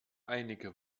einige